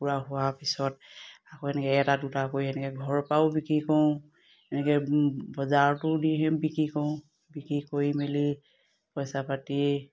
কুকুৰা হোৱাৰ পিছত আকৌ এনেকে এটা দুটা কৰি এনেকে ঘৰৰ পৰাও বিক্ৰী কৰোঁ এনেকে বজাৰতো দি বিক্ৰী কৰোঁ বিক্ৰী কৰি মেলি পইচা পাতি